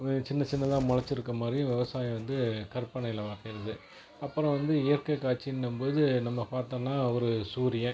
சின்ன சின்னதா முளச்சிருக்க மாதிரியும் விவசாயம் வந்து கற்பனையில் வரையுறது அப்புறம் வந்து இயற்கை காட்சினும் போது நம்ம பார்த்தோன்னா ஒரு சூரிய